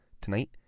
Tonight